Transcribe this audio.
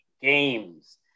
Games